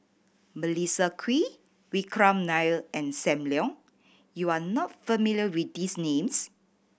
Melissa Kwee Vikram Nair and Sam Leong you are not familiar with these names